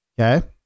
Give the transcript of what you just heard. Okay